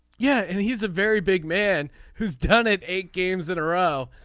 yeah and he's a very big man who's done it eight games in a row.